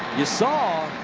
you saw